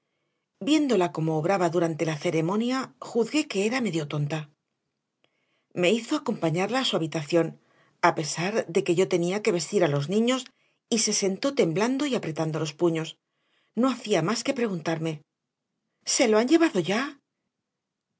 viéndola cómo obraba durante la ceremonia juzgué que era medio tonta me hizo acompañarla a su habitación a pesar de que yo tenía que vestir a los niños y se sentó temblando y apretando los puños no hacía más que preguntarme se lo han llevado ya